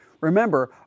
Remember